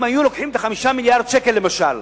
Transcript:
אם היו לוקחים את ה-5 מיליארדי שקל, למשל,